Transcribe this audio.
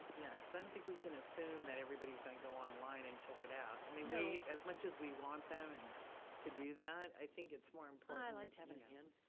yeah, cause i don't think we can assume that everybody's gonna go online and check it out. i mean you know as much as we want them and to do that, i think it's more important i'd like to have a and